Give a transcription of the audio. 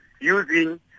using